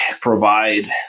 provide